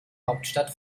hauptstadt